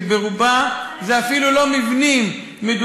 וברובה זה אפילו לא מבנים לא אמור להיות.